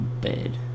Bed